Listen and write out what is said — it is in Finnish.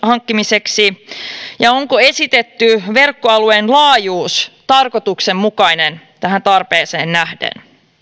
hankkimiseksi ja onko esitetty verkkoalueen laajuus tarkoituksenmukainen tähän tarpeeseen nähden